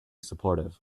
supportive